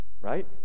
Right